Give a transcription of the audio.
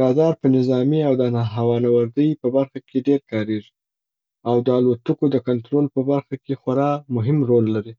را دار په نظامي او د هوانوردی په برخه کي ډېر کاریږي، او د الوتکو د کنترول په برخه کي خورا مهم رول لري.